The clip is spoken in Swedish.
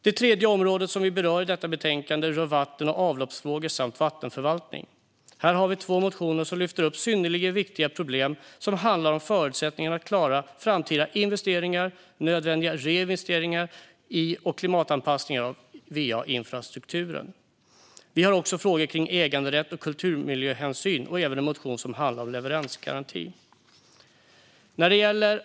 Det tredje området som vi berör i detta betänkande rör vatten och avloppsfrågor samt vattenförvaltning. Här har vi två motioner som lyfter upp synnerligen viktiga problem som handlar om förutsättningar att klara framtida investeringar och nödvändiga reinvesteringar i och klimatanpassningar av va-infrastrukturen. Vi har också frågor kring äganderätten och kulturmiljöhänsyn liksom en motion som handlar om leveransgaranti.